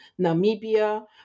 Namibia